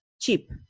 cheap